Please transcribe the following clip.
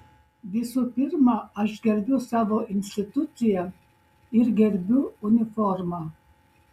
visų pirma aš gerbiu savo instituciją ir gerbiu uniformą